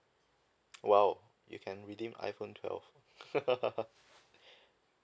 !wow! you can redeem iphone twelve